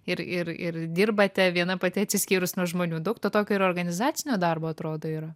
ir ir ir dirbate viena pati atsiskyrus nuo žmonių daug to tokio ir organizacinio darbo atrodo yra